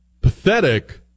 Pathetic